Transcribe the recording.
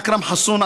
אכרם חסון,